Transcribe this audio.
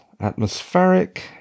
atmospheric